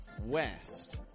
west